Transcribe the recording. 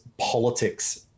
politics